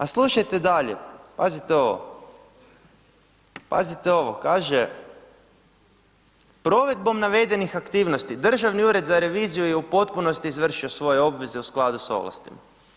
A slušajte dalje, pazite ovo, pazite ovo, kaže, provedbom navedenih aktivnosti, Državni ured za reviziju je u potpunosti izvršio svoje obveze u skladu s ovlastima.